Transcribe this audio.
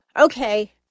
okay